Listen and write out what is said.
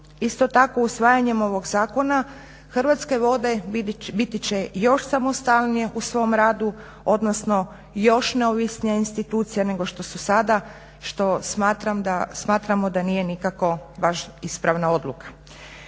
Isto tako usvajanjem ovoga Zakona Hrvatske vode biti će još samostalnije u svome radu, odnosno još neovisnija institucija nego što su sada što smatramo da nije nikako ispravna odluka.